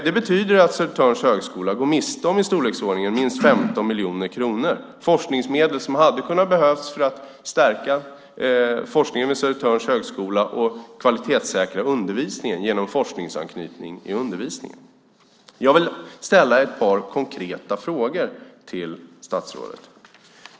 Det betyder att Södertörns högskola går miste om minst 15 miljoner kronor. Det är forskningsmedel som kunde ha behövts för att stärka forskningen vid Södertörns högskola och kvalitetssäkra undervisningen genom forskningsanknytning i undervisningen. Jag vill ställa ett par konkreta frågor till statsrådet.